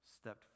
stepped